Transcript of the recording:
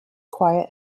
quiet